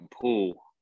pool